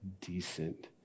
decent